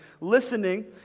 Listening